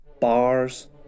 bars